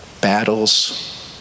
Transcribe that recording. Battles